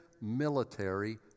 military